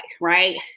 right